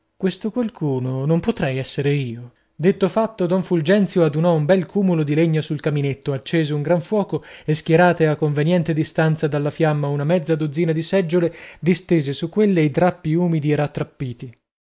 questo qualcuno non potrei esser io detto fatto don fulgenzio adunò un bel cumulo di legna sul caminetto accese un gran fuoco e schierate a conveniente distanza dalla fiamma una mezza dozzina di seggiole distese su quelle i drappi umidi e rattrappiti